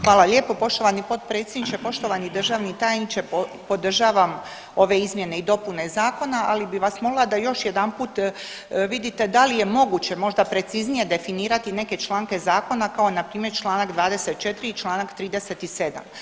Hvala lijepo poštovani potpredsjedniče, poštovani državni tajniče, podržavam ove izmjene i dopune zakone, ali bih vas molila da još jedanput vidite da li je moguće možda preciznije definirati neke članke zakona, kao npr. čl. 24 i čl. 37.